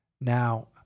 now